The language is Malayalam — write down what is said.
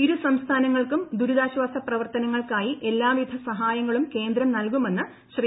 ഇരുസംസ്ഥാന ങ്ങൾക്കും ദുരിതാശ്വാസ പ്രവർത്തനങ്ങൾക്കായി എല്ലാവിധ സഹായങ്ങളും കേന്ദ്രം നൽകുമെന്ന് ശ്രീ